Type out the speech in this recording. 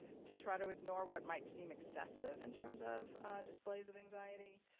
to try to ignore what might seem excessive in terms of displays of anxiety,